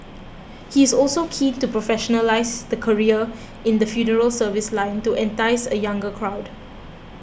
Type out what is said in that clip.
he is also keen to professionalise the career in the funeral service line to entice a younger crowd